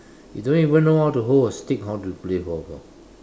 you don't even know how to hold a stick how to play floorball